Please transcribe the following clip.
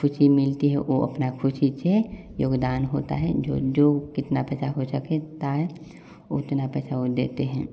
ख़ुशी मिलती है वो अपना खुशी से योगदान होता है जो जोग कितना पैसा हो सके उतना उतना पैसा वो देते हैं